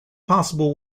possible